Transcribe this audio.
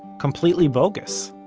completely bogus.